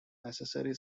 necessary